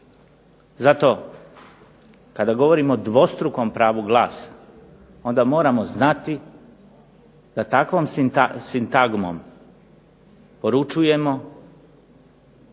Zato, kada govorimo o dvostrukom pravu glasa onda moramo znati da takvom sintagmom poručujemo